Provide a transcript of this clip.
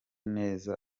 neza